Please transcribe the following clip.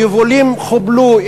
יבולים נחבלו,